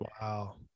wow